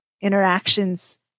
interactions